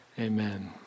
amen